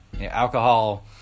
Alcohol